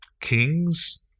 kings